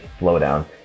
slowdown